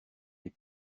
les